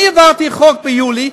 אני העברתי חוק ביולי,